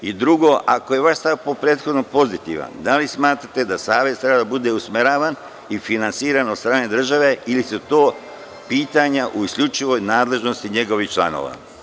Drugo, ako je vaš stav po prethodnom pozitivan, da li smatrate da Savez treba da bude usmeravan i finansiran od strane države ili su to pitanja u isključivoj nadležnosti njegovih članova.